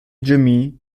jimmy